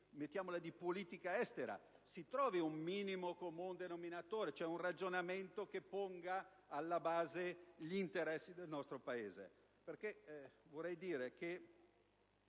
in termini di politica estera, si trovi un minimo comun denominatore, un ragionamento che abbia come base gli interessi del nostro Paese.